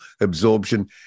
absorption